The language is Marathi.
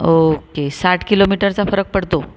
ओके साठ किलोमीटरचा फरक पडतो